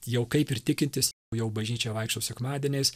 jau kaip ir tikintis jau bažnyčią vaikštau sekmadieniais